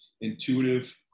intuitive